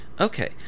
Okay